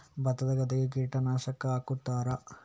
ಭತ್ತದ ಗದ್ದೆಗೆ ಕೀಟನಾಶಕ ಹಾಕುತ್ತಾರಾ?